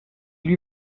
lui